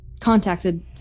contacted